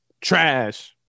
trash